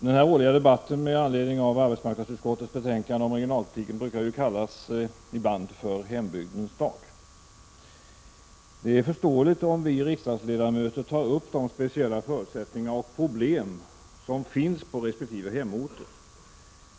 Riksdagens årliga debatt med anledning av arbetsmarknadsutskottets betänkande om regionalpolitiken brukar ibland kallas ”hembygdens dag”. Det är förståeligt om vi som riksdagsledamöter tar upp de speciella förutsättningar och problem som finns på resp. hemorter.